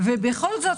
בכל זאת,